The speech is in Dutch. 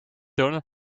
doen